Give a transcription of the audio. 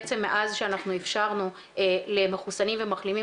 בעצם מאז שאנחנו אפשרנו למחוסנים ומחלימים